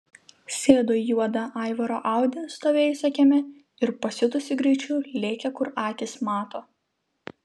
sėdo į juodą aivaro audi stovėjusią kieme ir pasiutusiu greičiu lėkė kur akys mato